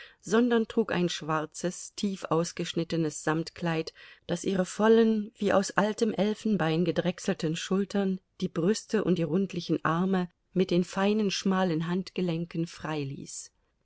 sondern trug ein schwarzes tief ausgeschnittenes samtkleid das ihre vollen wie aus altem elfenbein gedrechselten schultern die büste und die rundlichen arme mit den feinen schmalen handgelenken frei ließ